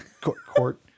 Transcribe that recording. court